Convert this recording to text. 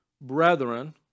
brethren